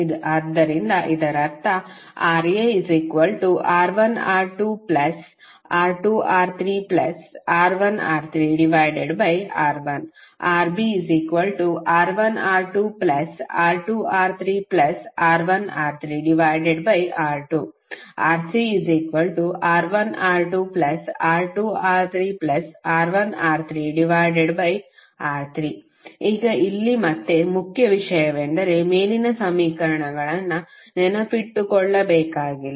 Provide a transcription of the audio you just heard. ಆದ್ದರಿಂದ ಇದರರ್ಥ RaR1R2R2R3R1R3R1 RbR1R2R2R3R1R3R2 RcR1R2R2R3R1R3R3 ಈಗ ಇಲ್ಲಿ ಮತ್ತೆ ಮುಖ್ಯ ವಿಷಯವೆಂದರೆ ಮೇಲಿನ ಸಮೀಕರಣಗಳನ್ನು ನೆನಪಿಟ್ಟುಕೊಳ್ಳಬೇಕಾಗಿಲ್ಲ